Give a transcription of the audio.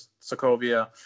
Sokovia